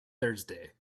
thursday